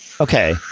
Okay